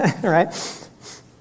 right